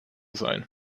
sein